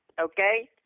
okay